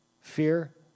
fear